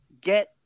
get